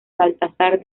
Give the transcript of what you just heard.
baltasar